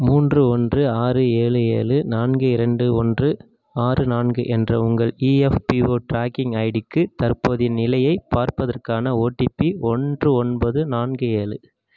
மூன்று ஒன்று ஆறு ஏழு ஏழு நான்கு இரண்டு ஒன்று ஆறு நான்கு என்ற உங்கள் இஎஃப்பிஓ ட்ராக்கிங் ஐடிக்கு தற்போதைய நிலையைப் பார்ப்பதற்கான ஓடிபி ஒன்று ஒன்பது நான்கு ஏழு